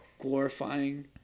glorifying